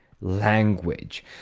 language